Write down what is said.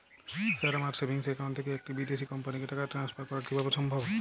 Sir আমার savings account থেকে একটি বিদেশি কোম্পানিকে টাকা ট্রান্সফার করা কীভাবে সম্ভব?